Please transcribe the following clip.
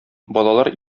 балалар